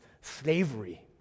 slavery